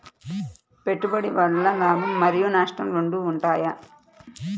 పెట్టుబడి వల్ల లాభం మరియు నష్టం రెండు ఉంటాయా?